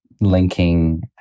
linking